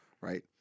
Right